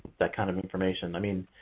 that kind of information. i mean,